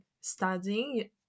studying